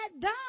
done